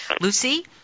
Lucy